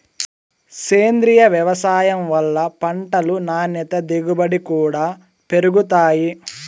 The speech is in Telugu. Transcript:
సేంద్రీయ వ్యవసాయం వల్ల పంటలు నాణ్యత దిగుబడి కూడా పెరుగుతాయి